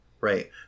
right